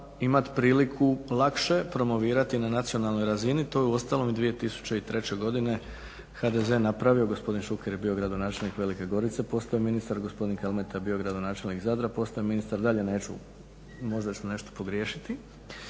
imati priliku lakše promovirati na nacionalnoj razini, to je uostalom 2003. godine HDZ napravio, gospodin Šuker je bio gradonačelnik Velike Gorice, postao je ministar, gospodin Kalmeta je bio gradonačelnik Zadra, postao je ministar, dalje neću, možda ću nešto pogriješiti.